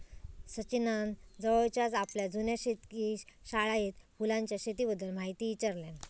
सचिनान जवळच्याच आपल्या जुन्या शेतकी शाळेत फुलांच्या शेतीबद्दल म्हायती ईचारल्यान